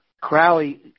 Crowley